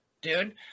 Dude